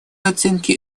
оценку